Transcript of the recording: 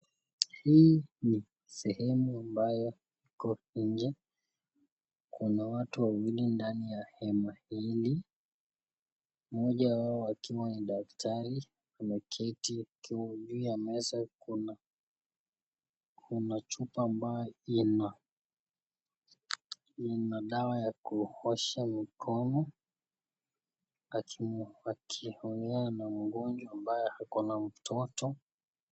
Hii ni sehemu ambayo iko nje. Kuna watu wawili ndani ya hema hili. Mmoja wao akiwa ni daktari ameketi. Juu ya meza kuna chupa ambayo ina dawa ya kuosha mikono akiongea na mgonjwa ambaye ako na mtoto.